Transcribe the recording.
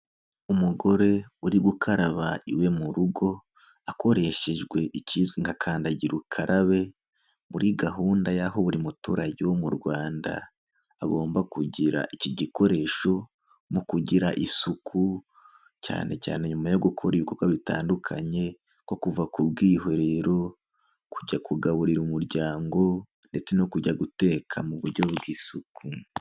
Umugore uri gukaraba iwe mu rugo, akoreshejwe ikizwi nka kandagira ukarabe, muri gahunda yaho buri muturage wo mu Rwanda agomba kugira iki gikoresho mu kugira isuku, cyane cyane nyuma yo gukora ibikorwa bitandukanye, nko kuva ku bwiherero, kujya kugaburira umuryango ndetse no kujya guteka mu buryo bw'isuku.